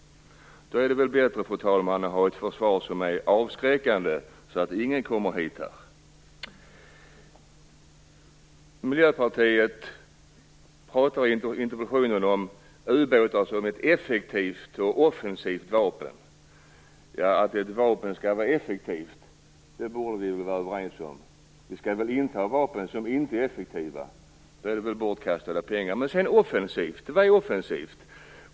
Då är det väl, fru talman, bättre att ha ett försvar som är avskräckande så att ingen kommer hit. Miljöpartiet talar i interpellationen om ubåtar som ett effektivt och offensivt vapen. Att ett vapen skall vara effektivt borde vi väl vara överens om. Vi skall väl inte ha vapen som inte är effektiva. Då är det väl bortkastade pengar. Men vad är offensivt?